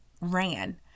ran